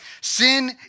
Sin